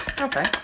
Okay